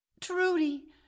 Trudy